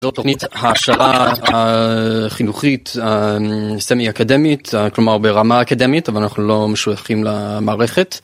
זאת תוכנית העשרה החינוכית הסמי-אקדמית, כלומר ברמה אקדמית, אבל אנחנו לא משוייכים למערכת.